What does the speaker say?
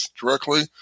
directly